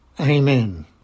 Amen